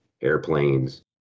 airplanes